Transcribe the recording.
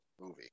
movie